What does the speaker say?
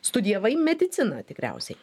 studijavai mediciną tikriausiai